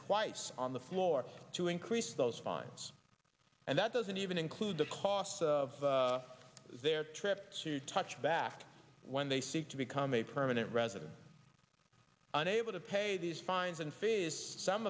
twice on the floor to increase those fines and that doesn't even include the cost of their trip to touchback when they seek to become a permanent resident unable to pay these fines and fees some